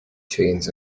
chains